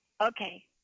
Okay